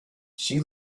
she